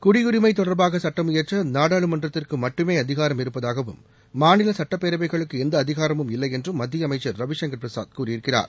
குடியுரிமை தொடர்பாக சட்டம் இயற்ற நாடாளுமன்றத்திற்கு மட்டுமே அதிகாரம் இருப்பதாகவும் மாநில சட்டப்பேரவைகளுக்கு எந்த அதிகாரமும் இல்லையென்றும் மத்திய அமைச்சர் ரவிசங்கர் பிரசாத் கூறியிருக்கிறார்